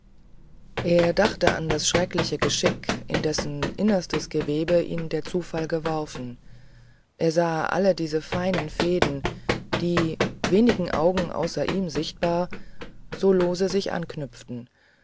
er dachte an das schreckliche geschick in dessen innerstes gewebe ihn der zufall geworfen er sah alle diese feinen fäden die wenigen augen außer ihm sichtbar so lose sich anknüpften